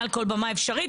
מעל כל במה אפשרית.